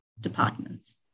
departments